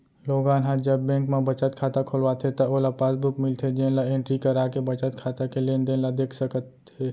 लोगन ह जब बेंक म बचत खाता खोलवाथे त ओला पासबुक मिलथे जेन ल एंटरी कराके बचत खाता के लेनदेन ल देख सकत हे